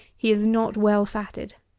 he is not well fatted.